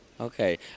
Okay